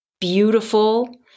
beautiful